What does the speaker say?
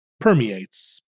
permeates